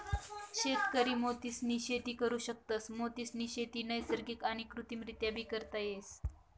शेतकरी मोतीसनी शेती करु शकतस, मोतीसनी शेती नैसर्गिक आणि कृत्रिमरीत्याबी करता येस